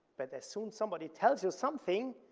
but as soon somebody tells you something